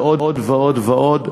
ועוד ועוד ועוד.